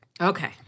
Okay